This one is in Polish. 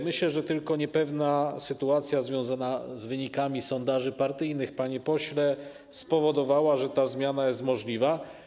Myślę, że tylko niepewna sytuacja związana z wynikami sondaży partyjnych, panie pośle, spowodowała, że ta zmiana jest możliwa.